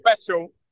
special